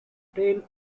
tail